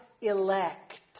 elect